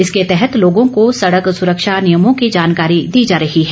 इसके तहत लोगों को सड़क सुरक्षा नियमों की जानकारी दी जा रही है